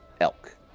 elk